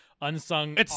unsung